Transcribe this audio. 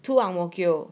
two ang mo kio